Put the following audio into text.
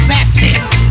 Baptist